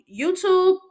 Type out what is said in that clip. YouTube